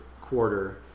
quarter